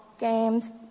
games